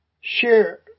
share